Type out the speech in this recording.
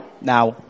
now